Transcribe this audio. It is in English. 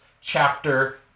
chapter